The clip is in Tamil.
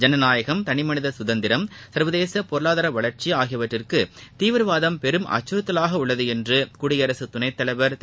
ஜனநாயகம் தனிமனித சுதந்திரம் சர்வதேச பொருளாதார வளர்ச்சி ஆகியவற்றிற்கு தீவிரவாதம் பெரும் அச்சுறுத்தலாக உள்ளது என்று குடியரசுத் துணைத் தலைவர் திரு